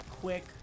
quick